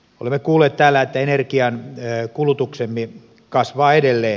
olemme kuulleet täällä että energiankulutuksemme kasvaa edelleen